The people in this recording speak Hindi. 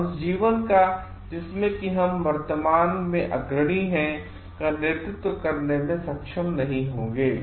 और उस जीवन का जिसमें कि हम वर्तमान में अग्रणी हैं का नेतृत्व करने में सक्षम नहीं होंगे